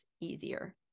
easier